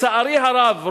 שלצערי הרב,